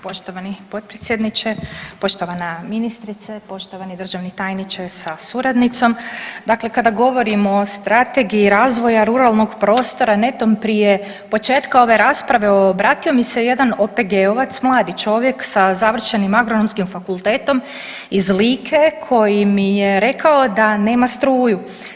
Poštovani potpredsjedniče, poštovana ministrice, poštovani državni tajniče sa suradnicom, dakle kada govorimo o strategiji razvoja ruralnog prostora netom prije početka ove rasprave obratio mi se jedan OPG-ovac, mladi čovjek sa završenim Agronomskim fakultetom iz Like koji mi je rekao da nema struju.